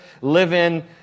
live-in